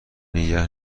نگه